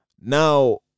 Now